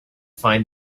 find